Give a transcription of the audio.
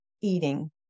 eating